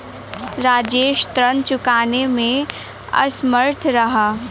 राजेश ऋण चुकाने में असमर्थ रहा